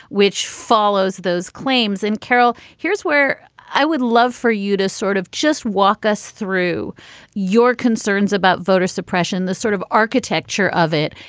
which follows those claims. and carol, here's where i would love for you to sort of just walk us through your concerns about voter suppression, this sort of architecture of it,